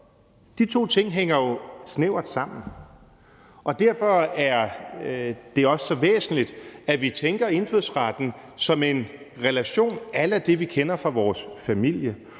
De to ting hænger jo snævert sammen. Derfor er det også så væsentligt, at vi tænker indfødsretten som en relation a la det, vi kender fra vores familie,